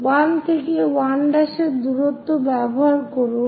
1 থেকে 1' এর দূরত্ব ব্যবহার করুন